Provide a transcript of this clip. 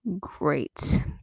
great